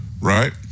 right